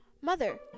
Mother